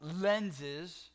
lenses